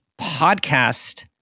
podcast